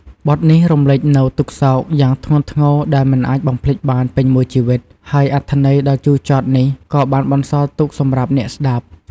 បទនេះរំលេចនូវទុក្ខសោកយ៉ាងធ្ងន់ធ្ងរដែលមិនអាចបំភ្លេចបានពេញមួយជីវិត ហើយអត្ថន័យដ៏ជូរចត់នេះក៏បានបន្សល់ទុកសម្រាប់អ្នកស្តាប់។